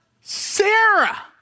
Sarah